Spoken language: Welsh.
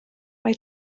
mae